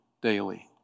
daily